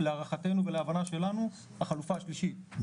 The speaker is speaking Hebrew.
להערכתנו ולהבנה שלנו, החלופה השלישית,